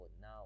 now